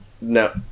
No